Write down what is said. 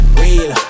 real